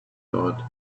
thought